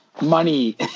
money